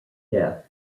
death